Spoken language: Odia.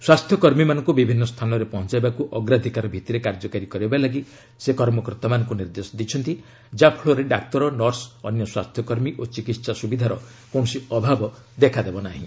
ସ୍ୱାସ୍ଥ୍ୟ କର୍ମୀମାନଙ୍କୁ ବିଭିନ୍ନ ସ୍ଥାନରେ ପହଞ୍ଚାଇବାକୁ ଅଗ୍ରାଧିକାର ଭିତ୍ତିରେ କାର୍ଯ୍ୟକାରୀ କରିବା ଲାଗି ସେ କର୍ମକର୍ତ୍ତାମାନଙ୍କୁ ନିର୍ଦ୍ଦେଶ ଦେଇଛନ୍ତି ଯାହାଫଳରେ ଡାକ୍ତର ନର୍ସ ଅନ୍ୟ ସ୍ୱାସ୍ଥ୍ୟ କର୍ମୀ ଓ ଚିକିତ୍ସା ସୁବିଧାର କୌଣସି ଅଭାବ ଦେଖାଦେବ ନାହିଁ